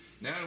Now